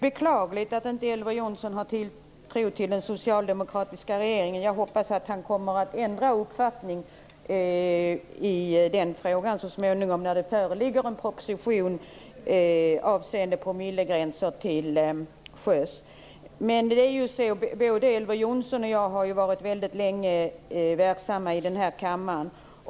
Herr talman! Det är beklagligt att Elver Jonsson inte har tilltro till den socialdemokratiska regeringen. Jag hoppas att han kommer att ändra uppfattning i den frågan så småningom när det föreligger en proposition avseende promillegränser till sjöss. Både Elver Jonsson och jag har ju varit verksamma länge här i kammaren.